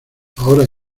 ahora